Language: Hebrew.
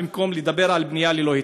במקום לדבר על בנייה ללא היתר?